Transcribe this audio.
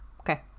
Okay